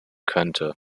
könnte